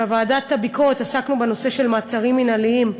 בוועדת הביקורת עסקנו בנושא של מעצרים מינהליים,